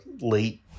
late